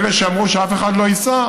אלה שאמרו שאף אחד לא ייסע,